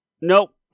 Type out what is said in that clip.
nope